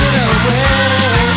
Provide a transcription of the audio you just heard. away